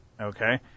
okay